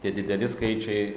tie dideli skaičiai